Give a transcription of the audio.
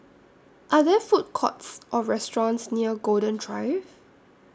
Are There Food Courts Or restaurants near Golden Drive